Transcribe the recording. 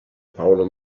paolo